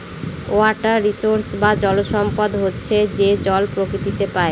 water resource বা জল সম্পদ হচ্ছে যে জল প্রকৃতিতে পাই